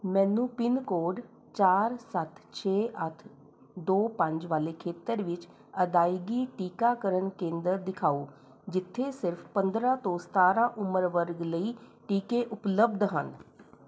ਮੈਨੂੰ pin code ਚਾਰ ਸੱਤ ਛੇ ਅੱਠ ਦੋ ਪੰਜ ਵਾਲੇ ਖੇਤਰ ਵਿੱਚ ਅਦਾਇਗੀ ਟੀਕਾਕਰਨ ਕੇਂਦਰ ਦਿਖਾਉ ਜਿੱਥੇ ਸਿਰਫ਼ ਪੰਦਰ੍ਹਾਂ ਤੋਂ ਸਤਾਰ੍ਹਾਂ ਉਮਰ ਵਰਗ ਲਈ ਟੀਕੇ ਉਪਲੱਬਧ ਹਨ